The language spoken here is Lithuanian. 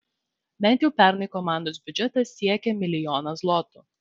bent jau pernai komandos biudžetas siekė milijoną zlotų